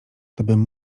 tobym